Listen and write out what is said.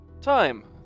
Time